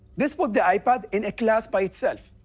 this put the ipad in a class by itself.